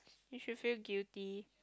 you should feel guilty